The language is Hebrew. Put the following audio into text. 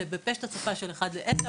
אלא בשפט הצפה של אחד לעשר,